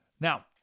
Now